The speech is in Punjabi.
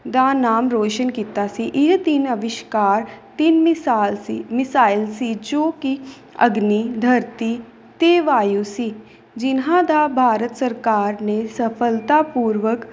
ਦਾ ਨਾਮ ਰੌਸ਼ਨ ਕੀਤਾ ਸੀ ਇਹ ਤਿੰਨ ਅਵਿਸ਼ਕਾਰ ਤਿੰਨ ਮਿਸਾਲ ਸੀ ਮਿਸਾਇਲ ਸੀ ਜੋ ਕਿ ਅਗਨੀ ਧਰਤੀ ਅਤੇ ਵਾਯੂ ਸੀ ਜਿਹਨਾਂ ਦਾ ਭਾਰਤ ਸਰਕਾਰ ਨੇ ਸਫਲਤਾ ਪੂਰਵਕ